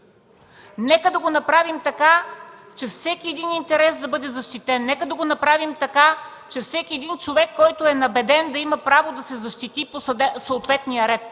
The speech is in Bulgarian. Нека да го направим така, че всеки един интерес да бъде защитен. Нека да го направим така, че всеки един човек, който е набеден, да има право да се защити по съответния ред.